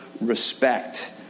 respect